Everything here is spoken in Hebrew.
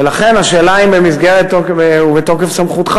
ולכן השאלה היא אם במסגרת ובתוקף סמכותך